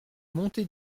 montée